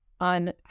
on